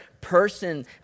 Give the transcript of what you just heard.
person